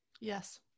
yes